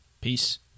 Peace